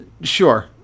Sure